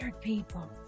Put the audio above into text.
people